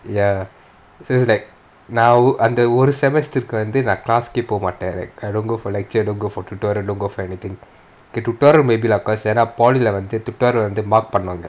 ya so it's like now நான் அந்த ஒரு:naan antha oru semester கு வந்து:ku vanthu class கே போகமாட்டேன்:kae pogamaataen like I don't go for lecture don't go for tutorial don't go for anything the tutorial maybe lah because ஏன்னா:yaenaa polytechnic leh வந்து:vanthu tutorial mark பண்ணுவாங்க:panuvanga